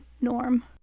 norm